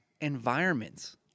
environments